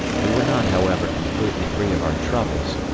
we were not, however, completely free of our troubles,